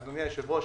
אדוני היושב-ראש